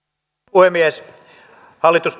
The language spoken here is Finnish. puhemies hallitus